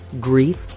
grief